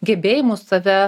gebėjimu save